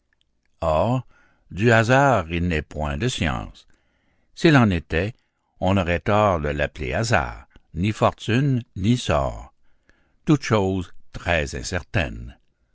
du hasard il n'est point de science s'il en était on aurait tort de l'appeler hasard ni fortune ni sort toutes choses très incertaines